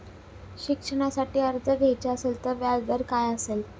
शिक्षणासाठी कर्ज घ्यायचे असेल तर व्याजदर काय असेल?